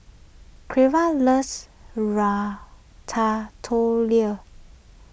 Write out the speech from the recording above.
Cleva loves